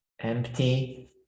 empty